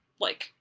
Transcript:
like,